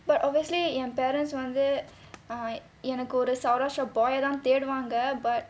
but obviously என்:en parents வந்து:vanthu ah எனக்கு ஒரு:enakku oru savrasya boy ய தான் தேடுவாங்க:ya thaan theduvaanga but